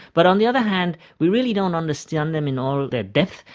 but on the other hand we really don't understand them in all their depth,